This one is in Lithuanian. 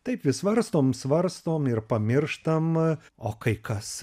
taip vis svarstom svarstom ir pamirštam o kai kas